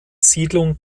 siedlung